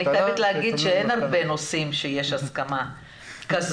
אני חייבת להגיד שאין הרבה נושאים שיש הסכמה כזו,